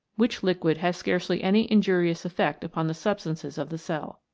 which liquid has scarcely any injurious effect upon the substances of the cell.